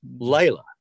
Layla